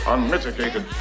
Unmitigated